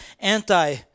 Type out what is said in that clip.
anti